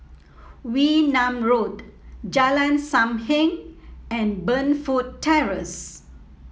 Wee Nam Road Jalan Sam Heng and Burnfoot Terrace